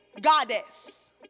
goddess